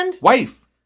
Wife